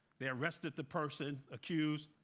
they arrested the person accused,